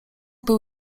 był